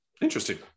Interesting